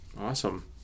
Awesome